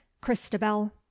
Christabel